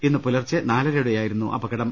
ഇന്ന് പുലർച്ചെ നാലരയോടെ യായിരുന്നു അപകടം